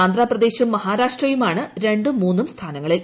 ആന്ധ്രാപ്രദേശും മഹാരാഷ്ട്രയുമാണ് രണ്ടും മൂന്നും സ്ഥാനങ്ങളിൽ